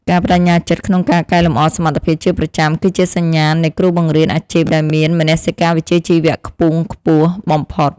ការប្តេជ្ញាចិត្តក្នុងការកែលម្អសមត្ថភាពជាប្រចាំគឺជាសញ្ញាណនៃគ្រូបង្រៀនអាជីពដែលមានមនសិការវិជ្ជាជីវៈខ្ពង់ខ្ពស់បំផុត។